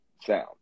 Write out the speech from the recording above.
sound